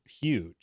huge